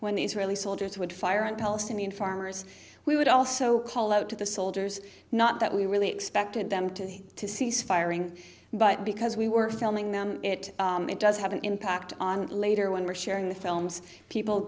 the israeli soldiers would fire and palestinian farmers we would also call out to the soldiers not that we really expected them to to cease firing but because we were filming them it does have an impact on later when we are sharing the films people